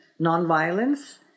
nonviolence